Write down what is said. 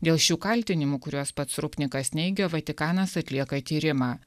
dėl šių kaltinimų kuriuos pats rupnikas neigia vatikanas atlieka tyrimą